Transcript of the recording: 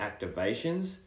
activations